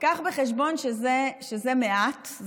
תביא בחשבון שזה מעט,